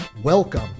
Welcome